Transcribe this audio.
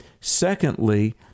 Secondly